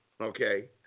Okay